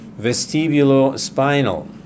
Vestibulospinal